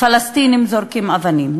פלסטינים זורקים אבנים.